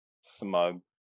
smug